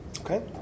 Okay